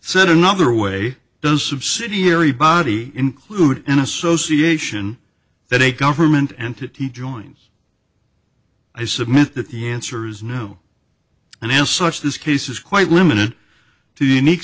said another way does subsidiary body include an association that a government entity joins i submit that the answer is no and l such this case is quite limited to unique